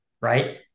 right